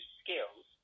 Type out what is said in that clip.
skills